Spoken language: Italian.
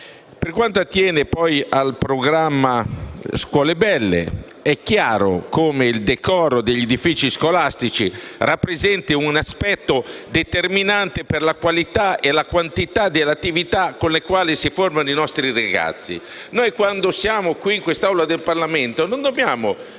Per quanto attiene al programma scuole belle, è chiaro che il decoro degli edifici scolastici rappresenti un aspetto determinante per la qualità e la quantità delle attività con le quali si formano i nostri ragazzi. Noi quando siamo in questa Aula del Parlamento non dobbiamo